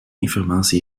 informatie